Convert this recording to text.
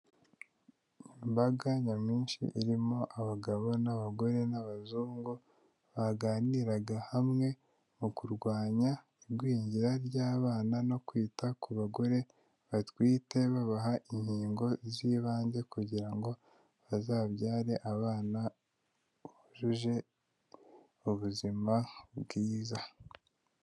Imbaga nyamwinshi irimo abagabo n'abagore n'abazungu baganiraga hamwe mu kurwanya igwingira ry'abana no kwita ku bagore batwite babaha inkingo z'ibanze kugira ngo bazabyare abana bujuje ubuzima bwiza.